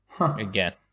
again